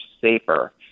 safer